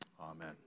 Amen